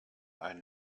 ein